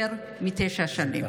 יותר מתשע שנים.